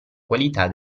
qualità